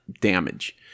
damage